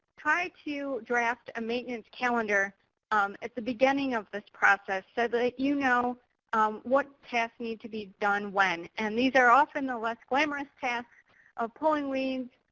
try to draft a maintenance calendar at the beginning of this process, so that you know what tasks need to be done when. and these are often the less glamorous tasks of pulling weeds,